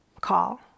call